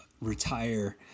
retire